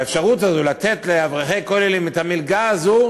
האפשרות הזו לתת לאברכי כוללים את המלגה הזו,